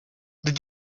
did